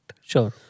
Sure